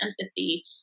empathy